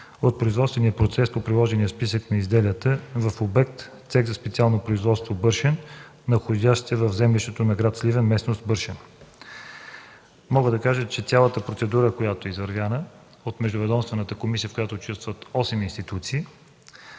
от производствения процес по приложения списък на изделията в обект „Цех за специално производство –Бършен”, находящ се в землището на гр. Сливен, местност „Бършен”. Мога да кажа, че цялата процедура е извървяна от междуведомствената комисия, в която участват осем институции,